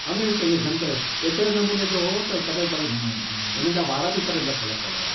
हमेशाह ईअं गंध एतिरे नमूने जो हो त कॾहिं बई हुननि जा वार बि कॾहिं लथल कोन्ह हुआ